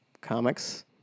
comics